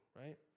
right